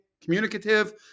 communicative